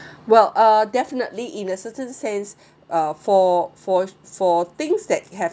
well uh definitely in a certain sense uh for for for things that have